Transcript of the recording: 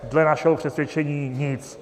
Dle našeho přesvědčení nic.